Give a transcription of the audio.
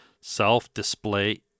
self-display